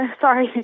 Sorry